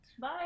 Bye